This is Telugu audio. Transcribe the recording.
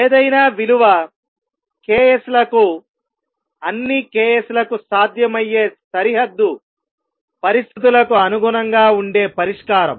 ఏదైనా విలువ k s లకు అన్ని k s లకు సాధ్యమయ్యే సరిహద్దు పరిస్థితులకు అనుగుణంగా ఉండే పరిష్కారం